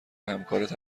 همکارت